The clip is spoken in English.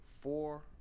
four